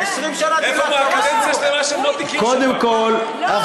דילגת על איזה 20 שנה